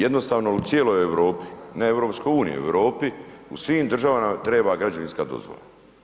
Jednostavno, u cijeloj Europi, ne EU, nego Europi, u svim državama treba građevinska dozvola.